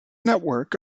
network